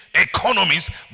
Economies